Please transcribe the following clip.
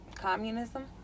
Communism